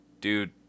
dude